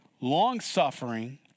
long-suffering